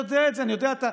אתה יודע את זה,